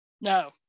No